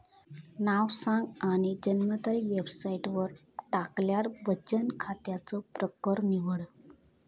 नाव सांग आणि जन्मतारीख वेबसाईटवर टाकल्यार बचन खात्याचो प्रकर निवड